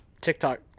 TikTok